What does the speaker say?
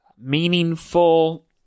meaningful